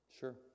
Sure